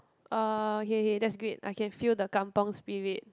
uh okay okay that's great I can feel the kampung Spirit